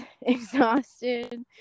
exhausted